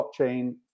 blockchain